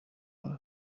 left